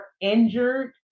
injured